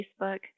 Facebook